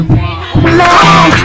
man